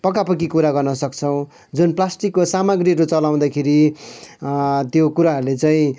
पक्का पक्कि कुरा गर्न सक्छौँ जुन प्लास्टिकको सामग्रीहरू चलाउँदाखेरि त्यो कुराहरूले चाहिँ